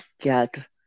get